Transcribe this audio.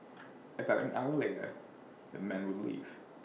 about an hour later the men would leave